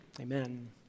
Amen